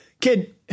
kid